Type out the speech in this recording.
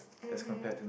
mmhmm